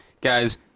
guys